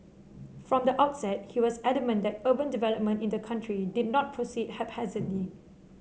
from the outset he was adamant that urban development in the country did not proceed haphazardly